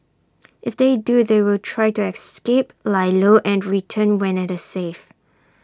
if they do they will try to escape lie low and return when IT is safe